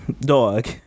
Dog